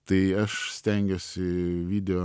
tai aš stengiuosi video